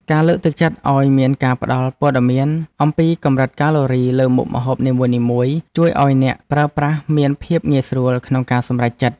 ការលើកទឹកចិត្តឲ្យមានការផ្តល់ព័ត៌មានអំពីកម្រិតកាឡូរីលើមុខម្ហូបនីមួយៗជួយឲ្យអ្នកប្រើប្រាស់មានភាពងាយស្រួលក្នុងការសម្រេចចិត្ត។